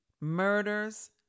murders